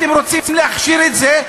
אתם רוצים להכשיר את זה,